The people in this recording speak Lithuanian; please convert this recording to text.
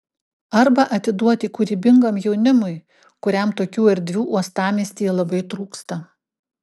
arba atiduoti kūrybingam jaunimui kuriam tokių erdvių uostamiestyje labai trūksta